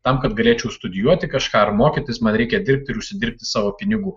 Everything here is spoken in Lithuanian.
tam kad galėčiau studijuoti kažką ar mokytis man reikia dirbti ir užsidirbti savo pinigų